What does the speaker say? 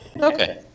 Okay